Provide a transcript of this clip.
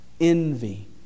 envy